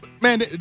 man